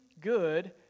good